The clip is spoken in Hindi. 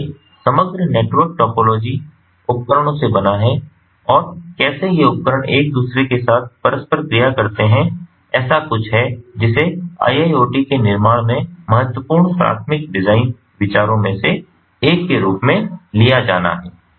इसलिए समग्र नेटवर्क टोपोलॉजी उपकरणों से बना है और कैसे ये उपकरण एक दूसरे के साथ परस्पर क्रिया करते हैं ऐसा कुछ है जिसे IIoT के निर्माण में महत्वपूर्ण प्राथमिक डिजाइन विचारों में से एक के रूप में लिया जाना है